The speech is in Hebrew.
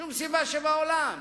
שום סיבה שבעולם,